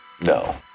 no